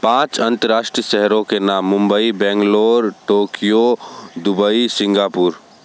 पाँच अन्तर्राष्ट्रीय शहरों के नाम Mumbai Bangalore Tokyo Dubai Singapore